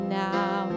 now